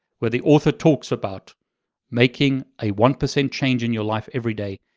where the author talks about making a one percent change in your life every day,